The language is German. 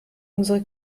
unsere